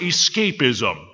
Escapism